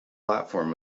platform